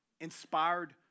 inspired